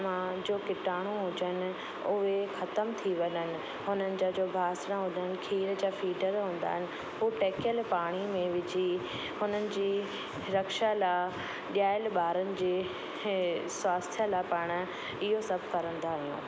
मां जो किटाणू हुजनि उहे ख़तम थी वञनि हुनन जा जो बासण हूंदा आहिनि खीर जा फीडर हूंदा आहिनि हू टहिकियलु पाणीअ में विझी हुननि जी रक्षा लाइ ॼाइल ॿारनि जे इहे स्वास्थय लाइ पाण इहो सभु कंदा आहियूं